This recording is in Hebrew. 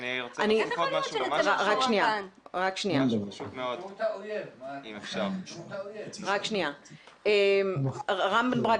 איך זה עומד בנוהל אם לא, מה שח"כ רם בן ברק